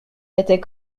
était